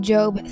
Job